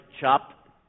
Chopped